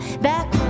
Back